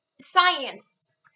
science